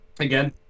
again